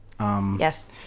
Yes